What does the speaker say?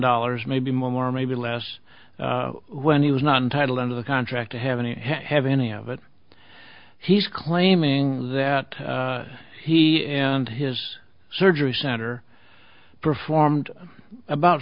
dollars maybe more maybe less when he was not entitled under the contract to have any have any of it he's claiming that he and his surgery center performed about